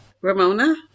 Ramona